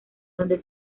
donde